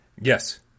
Yes